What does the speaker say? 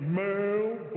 male